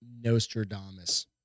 Nostradamus